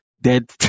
dead